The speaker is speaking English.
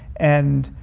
and